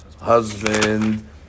husband